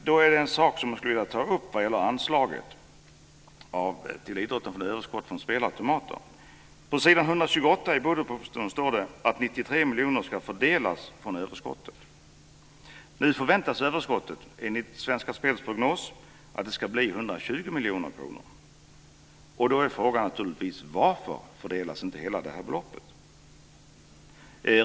Det är en sak som jag skulle vilja ta upp när det gäller anslaget till idrotten från överskott från spelautomater. På s. 129 i budgetpropositionen står det att 93 miljoner ska fördelas från överskottet. Nu förväntas överskottet, enligt Svenska Spels prognos, bli 120 miljoner kronor. Då är naturligtvis frågan: Varför fördelas inte hela det här beloppet?